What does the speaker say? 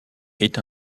est